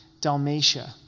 Dalmatia